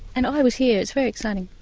and i was here, it's very exciting.